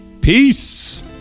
Peace